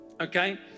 Okay